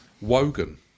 Wogan